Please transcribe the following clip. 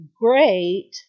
great